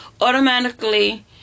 automatically